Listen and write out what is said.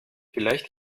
vielleicht